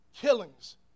killings